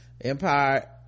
empire